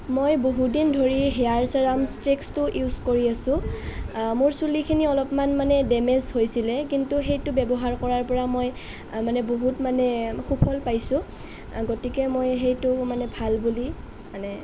মই বহুদিন ধৰি হেয়াৰ ছেৰাম ষ্ট্ৰিক্সটো ইউজ কৰি আছো মোৰ চুলিখিনি অলপমান মানে ডেমেজ হৈছিলে কিন্তু সেইটো ব্যৱহাৰ কৰাৰ পৰা মই মানে বহুত মানে সুফল পাইছোঁ গতিকে মই সেইটো মানে ভাল বুলি মানে